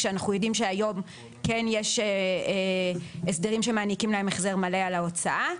כשאנחנו יודעים שהיום כן יש הסדרים שמעניקים להם החזר מלא על ההוצאה.